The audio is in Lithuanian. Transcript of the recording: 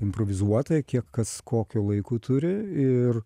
improvizuotai kiek kas kokio laiko turi ir